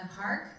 Park